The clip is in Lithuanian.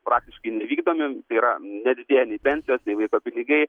praktiškai nevykdomi yra nedidėja nei pensijos vaiko pinigai